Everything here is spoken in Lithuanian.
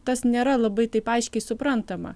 tas nėra labai taip aiškiai suprantama